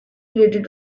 related